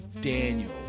Daniel